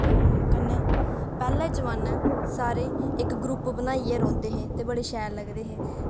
कन्नै पैह्ले जमान्नै सारे इक ग्रुप बनाइयै रौंह्दे हे ते बड़े शैल लगदे हे